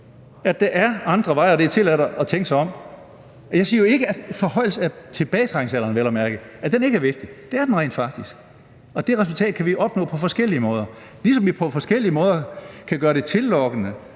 at der er andre veje, og at det er tilladt at tænke sig om, og jeg siger jo ikke, at en forhøjelse af tilbagetrækningsalderen vel at mærke ikke er vigtig. Det er den rent faktisk, og det resultat kan vi jo opnå på forskellige måder, ligesom vi på forskellige måder kan gøre det tillokkende